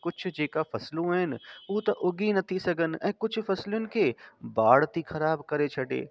कुझु जेका फसलूं आहिनि हू त उगी नथी सघनि ऐं कुझु फसिलुनि खे बाढ़ थी ख़राबु करे छॾे